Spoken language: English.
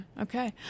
Okay